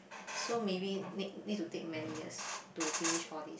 so maybe need need to take many years to finish all the